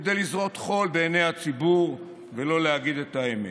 כדי לזרות חול בעיני הציבור ולא להגיד את האמת.